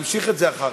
נמשיך את זה אחר כך.